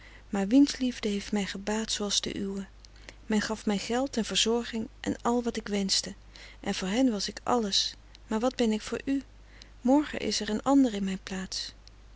maar wiens liefde heeft mij gebaat zooals de uwe men gaf mij geld en verzorging en al wat ik wenschte en voor hen was ik alles maar wat ben ik voor u morgen is er een ander in mijn plaats